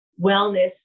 wellness